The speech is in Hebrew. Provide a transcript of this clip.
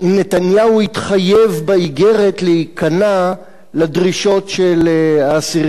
אם נתניהו התחייב באיגרת להיכנע לדרישות של האסירים,